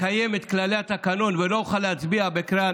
אקיים את כללי התקנון ולא אוכל להצביע בקריאה,